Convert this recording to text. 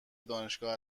دانشگاه